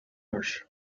marsh